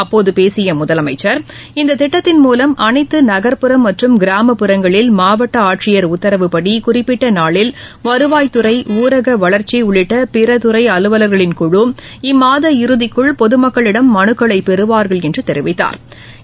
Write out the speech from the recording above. அப்போது பேசிய முதலமைச்சர் இந்த திட்டத்தின் மூலம் அனைத்து நகர்புறம் மற்றும் கிராமப்புறங்களில் மாவட்ட ஆட்சியரின் உத்தரவுபடி குறிப்பிட்ட நாளில் வருவாய்த்துறை ஊரக வளர்ச்சி உள்ளிட்ட பிற துறை அலுவல்களின் குழு இம்மாத இறுதிக்குள் பொதமக்களிடம் மனுக்களை பெறுவா்கள் என்று முதலமைச்சா் தெரிவித்தாா்